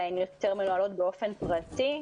אלא הן יותר מנוהלות באופן פרטי.